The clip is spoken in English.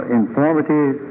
informative